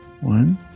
One